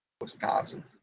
Wisconsin